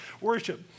worship